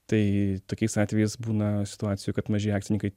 tai tokiais atvejais būna situacijų kad maži akcininkai